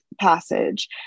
passage